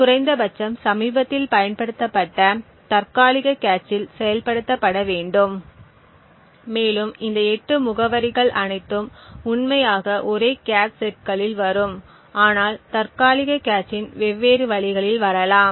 குறைந்த பட்சம் சமீபத்தில் பயன்படுத்தப்பட்ட தற்காலிக கேச்சில் செயல்படுத்தப்பட வேண்டும் மேலும் இந்த 8 முகவரிகள் அனைத்தும் உண்மையாக ஒரே கேச் செட்களில் வரும் ஆனால் தற்காலிக கேட்சின் வெவ்வேறு வழிகளில் வரலாம்